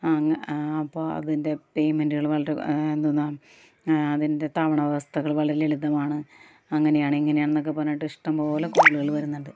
അങ്ങനെ അപ്പം അതിൻ്റെ പേമൻറുകൾ വളരെ എന്തുന്നാണ് അതിൻ്റെ തവണ വ്യവസ്ഥകൾ വളരെ ലളിതമാണ് അങ്ങനെയാണ് ഇങ്ങനെയാണെന്നൊക്കെ പറഞ്ഞിട്ട് ഇഷ്ടം പോലെ കോളുകൾ വരുന്നുണ്ട്